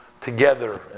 together